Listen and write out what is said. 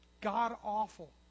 God-awful